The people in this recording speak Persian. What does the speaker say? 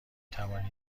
توانی